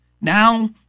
Now